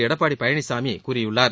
எடப்பாடி பழனிசாமி கூறியுள்ளார்